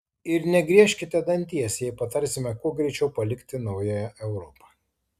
ir negriežkite danties jei patarsime kuo greičiau palikti naująją europą